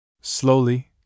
Slowly